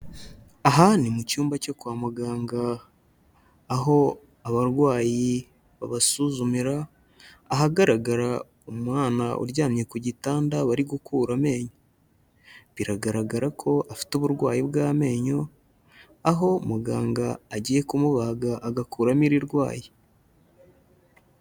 Aha ni mu cyumba cyo kwa muganga aho abarwayi babasuzumira, ahagaragara umwana uryamye ku gitanda bari gukura amenyo, biragaragara ko afite uburwayi bw'amenyo aho muganga agiye kumubaga agakuramo irirwaye.